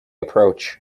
approach